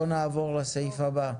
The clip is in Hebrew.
בוא נעבור לסעיף הבא.